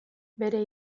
bere